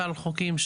סל חוקים,